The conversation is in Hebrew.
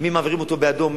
מי מעבירים אותו באדום?